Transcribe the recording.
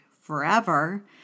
forever